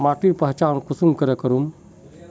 माटिर पहचान कुंसम करे करूम?